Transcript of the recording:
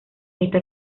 esta